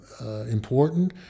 important